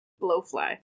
Blowfly